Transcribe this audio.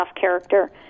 character